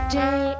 day